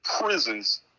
prisons